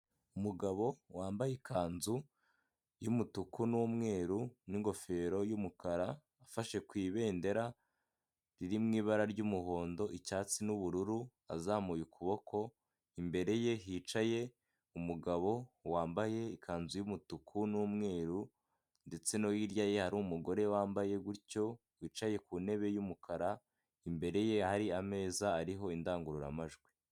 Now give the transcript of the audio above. Umugabo wambaye ikanzu y'umutuku n'umweru n'ingofero y'umukara afashe ku ibendera riri mu ibara ry'umuhondo, icyatsi, n'ubururu azamuye ukuboko imbere ye hicaye umugabo wambaye ikanzu y'umutuku n'umweru ndetse no hirya ye hari umugore wambaye gutyo wicaye ku ntebe y'umukara imbere ye hari ameza ariho indangururamajwi.